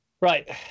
Right